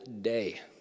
day